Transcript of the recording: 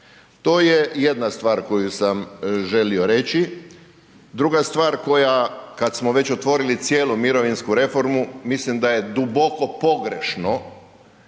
To je jedna stvar koju sa želio reći. Druga stvar koja kad smo već otvorili cijelu mirovinsku reformu, mislim da je duboko pogrešno